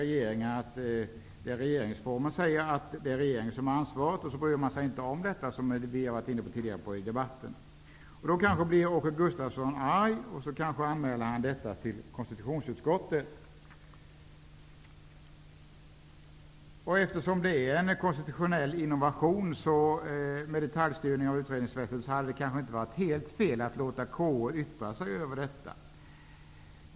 Enligt regeringsformen är det regeringen som är ansvarig, och därför bryr man sig inte om det som vi varit inne på tidigare under debatten. Då blir kanske Åke Gustavsson arg och anmäler detta till konstitutionsutskottet. Eftersom det är en konstitutionell innovation att detaljstyra utredningsväsendet, kan det inte vara helt fel att låta konstitutionsutskottet yttra sig över detta.